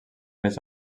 les